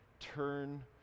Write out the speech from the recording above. turn